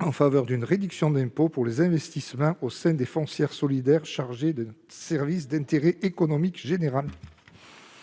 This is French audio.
en faveur d'une réduction d'impôts pour les investissements au sein des foncières solidaires chargées d'un service d'intérêt économique général.